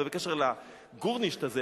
בקשר ל"גורנישט" הזה,